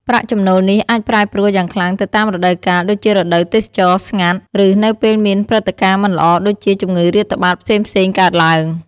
ប្រាក់ចំណូលនេះអាចប្រែប្រួលយ៉ាងខ្លាំងទៅតាមរដូវកាល ដូចជារដូវទេសចរណ៍ស្ងាត់ ឬនៅពេលមានព្រឹត្តិការណ៍មិនល្អដូចជាជំងឺរាតត្បាតផ្សេងៗកើតទ្បើង។